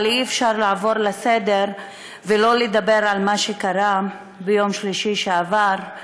אבל אי-אפשר לעבור לסדר-היום ולא לדבר על מה שקרה ביום שלישי שעבר,